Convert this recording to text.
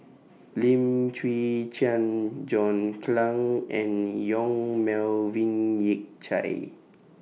Lim Chwee Chian John Clang and Yong Melvin Yik Chye